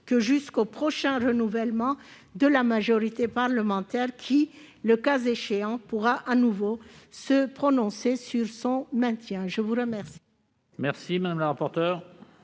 au-delà du prochain renouvellement de la majorité parlementaire, qui, le cas échéant, pourra de nouveau se prononcer sur son maintien. Quel